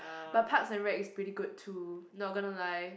but Parks and Rec is pretty good too not gonna lie